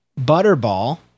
Butterball